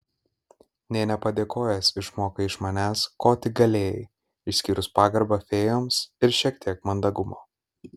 nė nepadėkojęs išmokai iš manęs ko tik galėjai išskyrus pagarbą fėjoms ir šiek tiek mandagumo